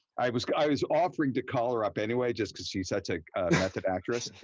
i was i was offering to call her up anyway, just because she's such a method actress,